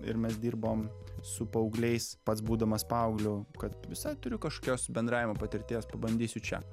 ir mes dirbom su paaugliais pats būdamas paaugliu kad visa turiu kažkokios bendravimo patirties pabandysiu čia